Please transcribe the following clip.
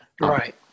Right